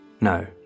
No